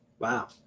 Wow